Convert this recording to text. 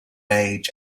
age